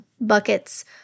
buckets